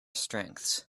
strengths